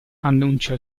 annuncia